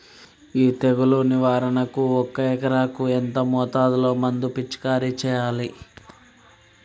ఈ తెగులు నివారణకు ఒక ఎకరానికి ఎంత మోతాదులో మందు పిచికారీ చెయ్యాలే?